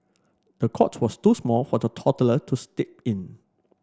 the cot was too small for the toddler to sleep in